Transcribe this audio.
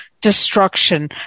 destruction